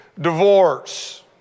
divorce